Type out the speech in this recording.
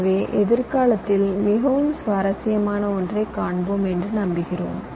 எனவே எதிர்காலத்தில் மிகவும் சுவாரஸ்யமான ஒன்றைக் காண்போம் என்று நம்புகிறோம்